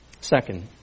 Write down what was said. Second